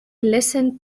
listened